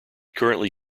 currently